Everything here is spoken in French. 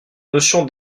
notion